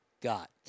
got